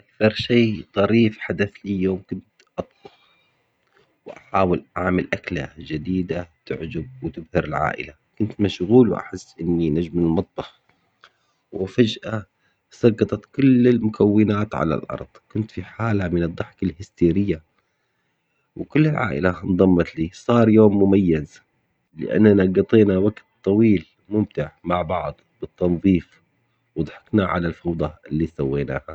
أكثقر شي طريف حدث لي يوم كنت أطبخ وأحاول أعمل أكلة جديدة تعجب وتبهر العائلة، كنت مشغول وأحس إني نجم المطبخ وفجأة سقطت كل المكونات على الأرض، كنت في حالة من الضحك الهستيرية وكل العائلة انضمت لي، صار يوم مميز لأننا قضينا وقت طويل ممتع مع بعض في التنظيف وضحكنا على الفوضى اللي سويناها.